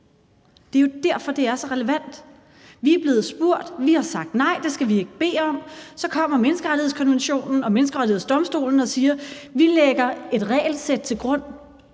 Det er jo derfor, det er så relevant. Vi er blevet spurgt, vi har sagt nej, det skal vi ikke bede om, men så kommer menneskerettighedskonventionen og Menneskerettighedsdomstolen og siger: Vi lægger et regelsæt til grund,